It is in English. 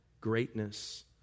greatness